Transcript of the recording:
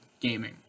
gaming